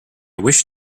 wish